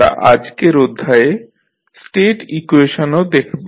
আমরা আজকের অধ্যায়ে স্টেট ইকুয়েশনও দেখব